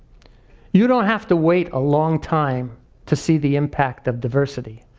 you don't have to wait a long time to see the impact of diversity.